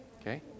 Okay